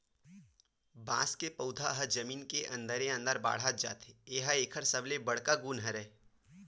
बांस के पउधा ह जमीन के अंदरे अंदर बाड़हत जाथे ए ह एकर सबले बड़का गुन हरय